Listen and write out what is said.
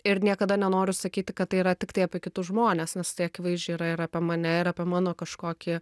ir niekada nenoriu sakyti kad tai yra tiktai apie kitus žmones nes tai akivaizdžiai yra ir apie mane ir apie mano kažkokį